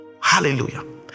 hallelujah